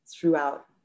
throughout